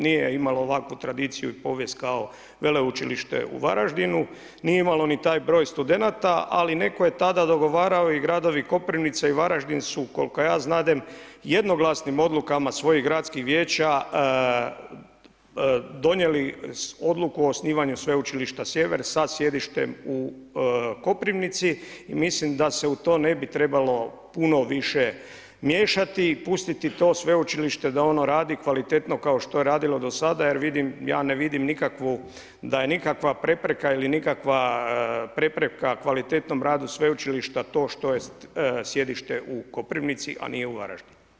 Nije imalo ovakvu tradiciju i povijest kao veleučilište u Varaždinu, nije imalo ni taj broj studenata, ali netko je tada dogovarao i gradovi Koprivnica i Varaždin su, koliko ja znadem, jednoglasnim odlukama svojih gradskih vijeća donijeli odluku o osnivanju sveučilišta Sjever sa sjedištem u Koprivnici i mislim da se u to ne bi trebalo puno više miješati i pustiti to sveučilište da ono radi kvalitetno kao što je radilo do sada jer vidim, ja ne vidim nikakvu, da je nikakva prepreka ili nikakva prepreka kvalitetnom radu sveučilišta to što je sjedište u Koprivnici, a nije u Varaždinu.